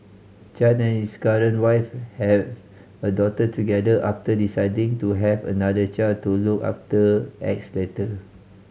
Chan and his current wife have a daughter together after deciding to have another child to look after X later